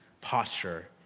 posture